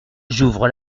j’ouvre